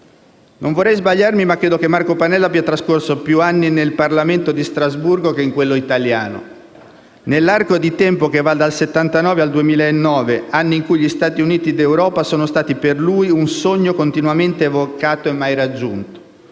Non vorrei sbagliarmi, ma credo che Marco Pannella abbia trascorso più anni nel Parlamento di Strasburgo che in quello italiano, nell'arco di tempo che va dal 1979 al 2009, anni in cui gli Stati Uniti d'Europa sono stati per lui un sogno continuamente evocato e mai raggiunto.